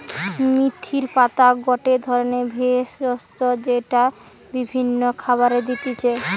মেথির পাতা গটে ধরণের ভেষজ যেইটা বিভিন্ন খাবারে দিতেছি